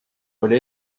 oli